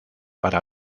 para